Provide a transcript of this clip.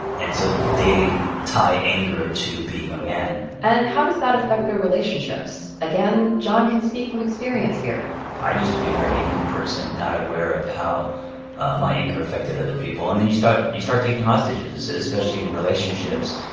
and so they tie anger to being a man and how does that affect their relationships? again, john can speak from experience here i used to be a very angry person, not aware of how my anger affected other people. and then you start you start taking hostages, especially in relationships.